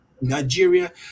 Nigeria